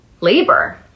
labor